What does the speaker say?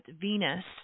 Venus